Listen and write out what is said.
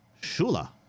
Shula